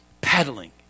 pedaling